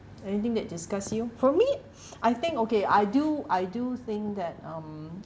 anything that disgust you for me I think okay I do I do think that um